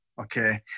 Okay